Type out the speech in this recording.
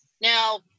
now